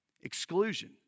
Exclusion